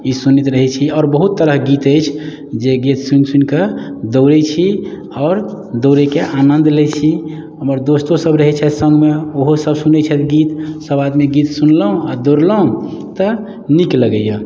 ई सुनैत रहै छी आओर बहुत तरहके गीत अछि जे गीत सुनि सुनिके दौड़ै छी आओर दौड़ैके आनन्द लै छी हमर दोस्तो सभ रहै छथि सँगमे ओहो सभ सुनै छथि गीत सभ आदमी गीत सुनलहुँ आ दौड़लहुँ तऽ नीक लगैया